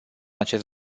acest